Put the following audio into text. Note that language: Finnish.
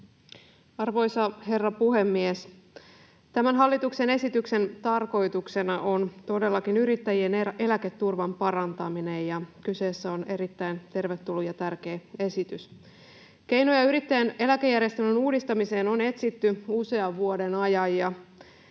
Arvoisa herra puhemies! Tämän hallituksen esityksen tarkoituksena on todellakin yrittäjien eläketurvan parantaminen, ja kyseessä on erittäin tervetullut ja tärkeä esitys. Keinoja yrittäjän eläkejärjestelmän uudistamiseen on etsitty usean vuoden ajan,